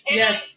yes